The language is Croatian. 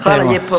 Hvala lijepo.